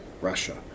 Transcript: Russia